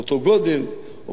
אנחנו אנשי ציבור,